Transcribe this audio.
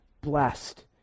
Blessed